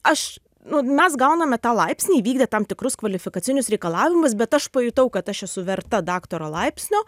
aš nu mes gauname tą laipsnį įvykdę tam tikrus kvalifikacinius reikalavimus bet aš pajutau kad aš esu verta daktaro laipsnio